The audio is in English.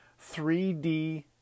3D